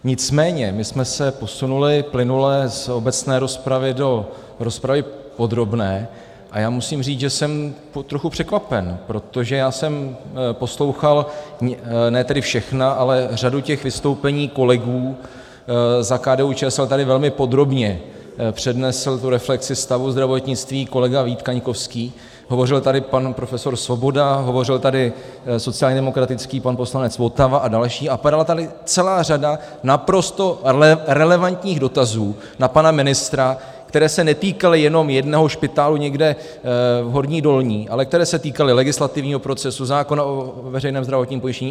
Nicméně my jsme se posunuli plynule z obecné rozpravy do rozpravy podrobné, a já musím říct, že jsem trochu překvapen, protože já jsem poslouchal ne tedy všechna, ale řadu těch vystoupení kolegů, za KDUČSL tady velmi podrobně přednesl reflexi stavu zdravotnictví kolega Vít Kaňkovský, hovořil tady pan profesor Svoboda, hovořil tady sociálně demokratický pan poslanec Votava a další a padala tady celá řada naprosto relevantních dotazů na pana ministra, které se netýkaly jenom jednoho špitálu někde v Horní Dolní, ale které se týkaly legislativního procesu, zákona o veřejném zdravotním pojištění atd. atd.